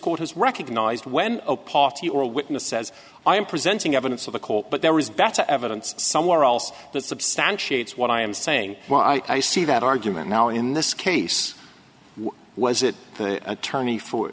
has recognized when a party or a witness says i am presenting evidence of a court but there is better evidence somewhere else that substantiates what i am saying well i see that argument now in this case was it the attorney for